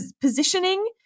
positioning